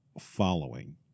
following